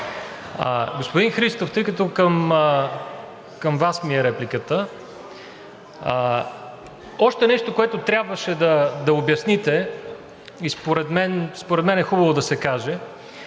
Господин Христов, тъй като към Вас ми е репликата, още нещо, което трябваше да обясните и според мен е хубаво да се каже,